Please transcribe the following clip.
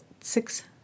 six